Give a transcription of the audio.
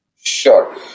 Sure